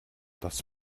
das